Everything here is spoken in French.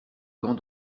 camp